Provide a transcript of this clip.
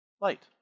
Light